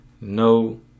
no